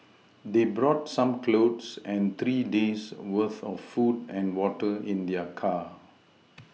they brought some clothes and three days' worth of food and water in their car